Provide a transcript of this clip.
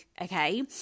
okay